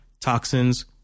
toxins